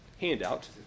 handout